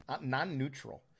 non-neutral